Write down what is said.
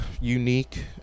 unique